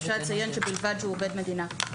אפשר לציין שבלבד שהוא עובד מדינה.